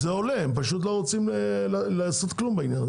זה עולה פשוט לא רוצים לעשות כלם בעניין הזה.